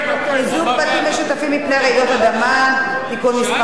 בתים משותפים מפני רעידות אדמה) (תיקון מס' 2),